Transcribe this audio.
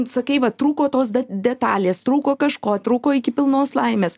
sakai va trūko tos de detalės trūko kažko trūko iki pilnos laimės